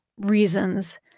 reasons